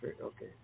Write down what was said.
Okay